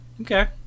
Okay